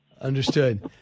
Understood